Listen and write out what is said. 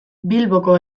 bilboko